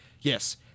Yes